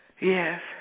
Yes